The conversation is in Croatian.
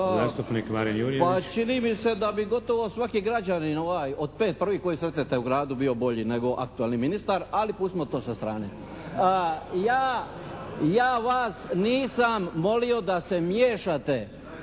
Pa čini mi se da bi gotovo svaki građanin od pet prvih koje sretnete u gradu bio bolji nego aktualni ministar, ali pustimo to sa strane. Ja vas nisam molio da se miješate